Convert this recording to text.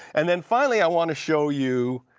and then, finally, i want to show you